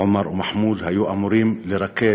אלא מדובר במחדל, עומר ומחמוד היו אמורים לרקד